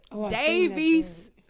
Davies